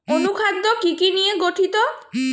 অনুখাদ্য কি কি নিয়ে গঠিত?